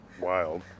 Wild